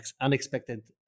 unexpected